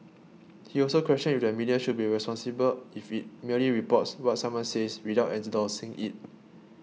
he also questioned if the media should be responsible if it merely reports what someone says without endorsing it